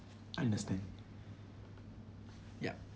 understand yup